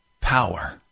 power